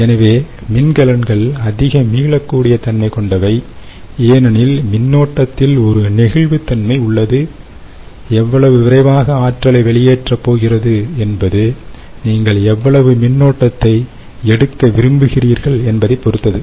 எனவே மின்கலன்கள் அதிக மீளக்கூடிய தன்மை கொண்டவை ஏனெனில் மின்னோட்டத்தில் ஒரு நெகிழ்வுத்தன்மை உள்ளது எவ்வளவு விரைவாக ஆற்றலை வெளியேற்றப் போகிறது என்பது நீங்கள் எவ்வளவு மின்னோட்டத்தை எடுக்க விரும்புகிறீர்கள் என்பதைப் பொறுத்தது